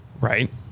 right